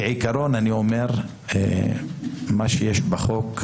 כעיקרון, אני אומר שמה שיש בחוק,